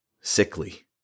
sickly